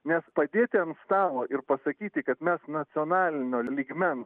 nes padėti ant stalo ir pasakyti kad mes nacionalinio lygmens